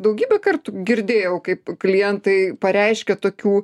daugybę kartų girdėjau kaip klientai pareiškė tokių